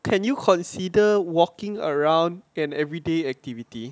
can you consider walking around an everyday activity